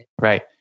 Right